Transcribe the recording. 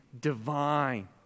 divine